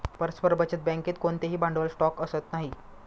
परस्पर बचत बँकेत कोणतेही भांडवल स्टॉक असत नाही